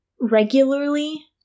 regularly